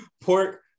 pork